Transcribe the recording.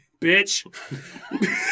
Bitch